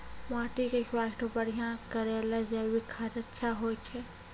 माटी के स्वास्थ्य बढ़िया करै ले जैविक खाद अच्छा होय छै?